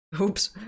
Oops